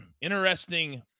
interesting